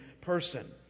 person